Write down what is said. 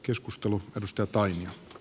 arvoisa herra puhemies